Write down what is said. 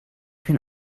can